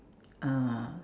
uh